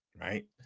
Right